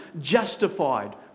Justified